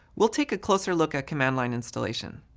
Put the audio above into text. we'll take a closer look at command line installation.